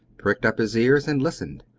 pricked up his ears, and listened.